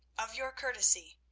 of your courtesy,